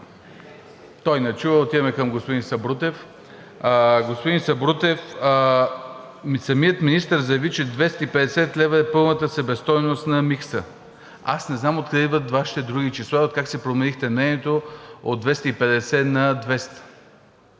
Той не чува и отиваме към господин Сабрутев. Господин Сабрутев, самият министър заяви, че 250 лв. е пълната себестойност на микса. Аз не знам откъде идват Вашите други числа и как си променихте мнението от 250 на 200?